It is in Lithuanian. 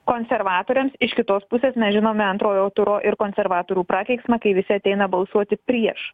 konservatoriams iš kitos pusės mes žinome antrojo turo ir konservatorių prakeiksmą kai visi ateina balsuoti prieš